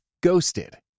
Ghosted